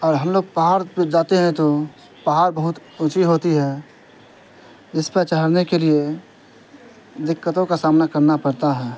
اور ہم لوگ پہاڑ پہ جاتے ہیں تو پہاڑ بہت اونچا ہوتا ہے جس پہ چڑھنے کے لیے دقتوں کا سامنا کرنا پڑتا ہے